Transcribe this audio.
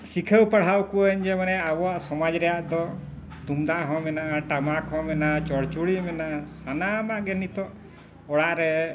ᱥᱤᱠᱷᱟᱹᱣ ᱯᱟᱲᱦᱟᱣ ᱠᱚᱣᱟᱹᱧ ᱡᱮ ᱢᱟᱱᱮ ᱟᱵᱚᱣᱟᱜ ᱥᱚᱢᱟᱡᱽ ᱨᱮᱭᱟᱜ ᱫᱚ ᱛᱩᱢᱫᱟᱜ ᱦᱚᱸ ᱢᱮᱱᱟᱜᱼᱟ ᱴᱟᱢᱟᱠ ᱦᱚᱸ ᱢᱮᱱᱟᱜᱼᱟ ᱪᱚᱲᱪᱚᱲᱤ ᱢᱮᱱᱟᱜᱼᱟ ᱥᱟᱱᱟᱢᱟᱜ ᱜᱮ ᱱᱤᱛᱚᱜ ᱚᱲᱟᱜ ᱨᱮ